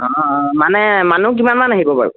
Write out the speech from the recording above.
অঁ মানে মানুহ কিমানমান আহিব বাৰু